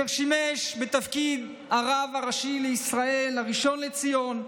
ושימש בתפקיד הרב הראשי לישראל, הראשון לציון,